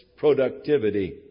Productivity